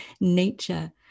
nature